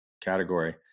category